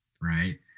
right